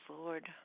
Lord